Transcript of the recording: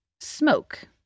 Smoke